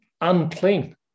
unclean